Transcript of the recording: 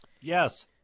Yes